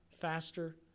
faster